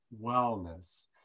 wellness